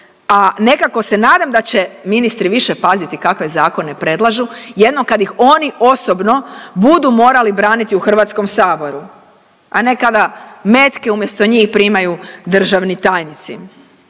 a nekako se nadam da će ministri više paziti kakve zakone predlažu jednom kad ih oni osobno budu morali braniti u HS-u, a ne kada metke umjesto njih primaju državni tajnici.